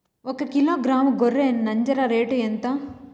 ఒకకిలో గ్రాము గొర్రె నంజర రేటు ఎంత?